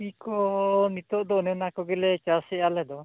ᱠᱚᱯᱤ ᱠᱚ ᱱᱤᱛᱳᱜ ᱫᱚ ᱚᱱᱮ ᱚᱱᱟ ᱠᱚᱜᱮ ᱞᱮ ᱪᱟᱥ ᱮᱜᱼᱟ ᱟᱞᱮ ᱫᱚ